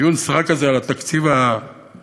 בדיון הסרק הזה על התקציב הדו-שנתי,